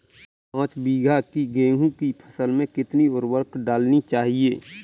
पाँच बीघा की गेहूँ की फसल में कितनी उर्वरक डालनी चाहिए?